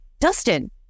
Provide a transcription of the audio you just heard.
Dustin